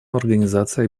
организации